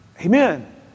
amen